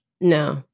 No